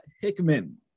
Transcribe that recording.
Hickman